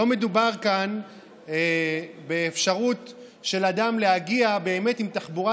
לא מדובר כאן באפשרות של אדם להגיע עם תחבורה